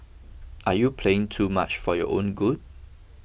are you playing too much for your own good